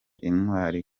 intwari